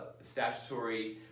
statutory